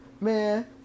Man